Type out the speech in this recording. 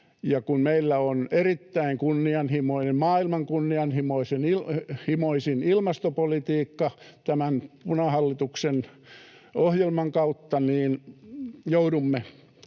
Kun meillä on erittäin kunnianhimoinen, maailman kunnianhimoisin ilmastopolitiikka tämän punahallituksen ohjelman kautta, niin joudumme